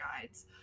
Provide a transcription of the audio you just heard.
guides